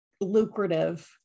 lucrative